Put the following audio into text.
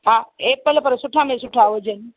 हा ऐपल पर सुठा में सुठा हुजनि